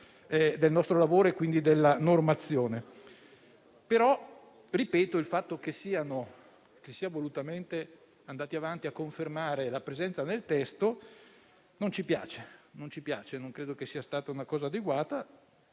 del nostro lavoro e quindi della normazione. Ripeto però che il fatto che si sia volutamente andati avanti confermando la presenza nel testo non ci piace. Non credo che ciò sia stato adeguato;